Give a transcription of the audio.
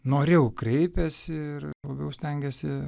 noriau kreipiasi ir labiau stengiasi